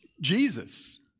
Jesus